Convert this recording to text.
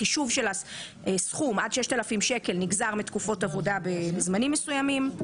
חישוב הסכום של עד 6,000 ש"ח נגזר מתקופות עבודה בזמנים מסוימים.